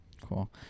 Cool